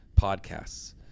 podcasts